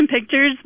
pictures